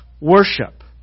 worship